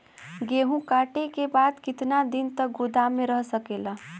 गेहूँ कांटे के बाद कितना दिन तक गोदाम में रह सकेला?